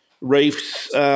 reefs